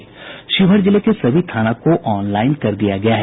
शिवहर जिले के सभी थाना को ऑनलाइन कर दिया गया है